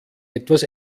etwas